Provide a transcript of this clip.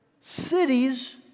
cities